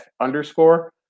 underscore